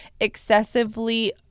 excessively